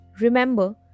Remember